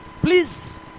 Please